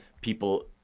people